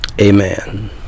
Amen